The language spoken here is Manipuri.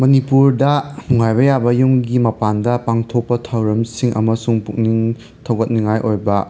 ꯃꯅꯤꯄꯨꯔꯗ ꯅꯨꯡꯉꯥꯏꯕ ꯌꯥꯕ ꯌꯨꯝꯒꯤ ꯃꯄꯥꯟꯗ ꯄꯥꯡꯊꯣꯛꯄ ꯊꯧꯔꯝꯁꯤꯡ ꯑꯃꯁꯨꯡ ꯄꯨꯛꯅꯤꯡ ꯊꯧꯒꯠꯅꯤꯡꯉꯥꯏ ꯑꯣꯏꯕ